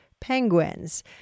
Penguins